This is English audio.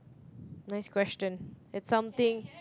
nice question it's something